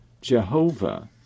Jehovah